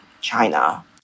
China